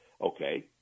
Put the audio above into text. okay